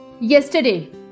yesterday